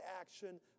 action